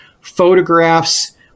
photographs